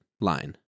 line